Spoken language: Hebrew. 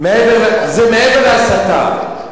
זה מעבר להסתה.